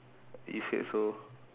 is that so